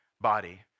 body